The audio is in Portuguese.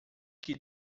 que